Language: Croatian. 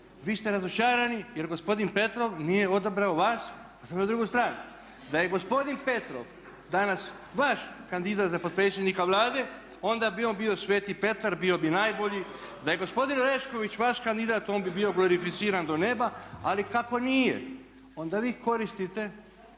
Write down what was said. vi ste razočarani jer gospodin Petrov nije odabrao vas, otišao je na drugu stranu. Da je gospodin Petrov danas vaš kandidat za potpredsjednika Vlade onda bi on bio sveti Petar, bio bi najbolji. Da je gospodin Orešković vaš kandidat on bi bio glorificiran do neba, ali kako nije onda vi koristite